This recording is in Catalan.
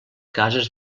cases